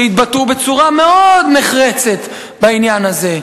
שהתבטאו בצורה מאוד נחרצת בעניין הזה,